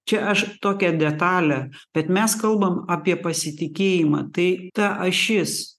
čia aš tokią detalę bet mes kalbam apie pasitikėjimą tai ta ašis